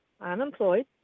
unemployed